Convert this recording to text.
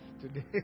today